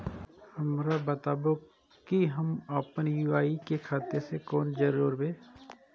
हमरा बताबु की हम आपन यू.पी.आई के खाता से कोना जोरबै?